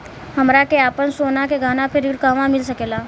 हमरा के आपन सोना के गहना पर ऋण कहवा मिल सकेला?